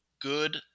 good